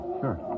sure